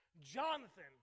Jonathan